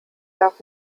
darf